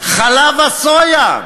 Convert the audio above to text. חלב הסויה,